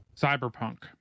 cyberpunk